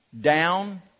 down